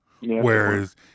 whereas